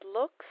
looks